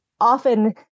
often